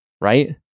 right